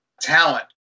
talent